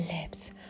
lips